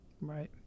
Right